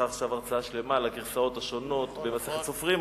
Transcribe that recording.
עכשיו הרצאה שלמה על הגרסאות השונות במסכת סופרים,